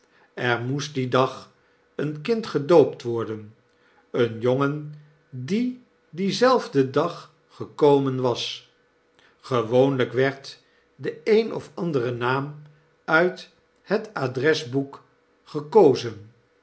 er moest dien dag een kind gedoopt worden een jongen die dienzelfden dag gekomen was gewoonlijk werd de een of andere naam uit het adresboek gekozen